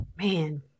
man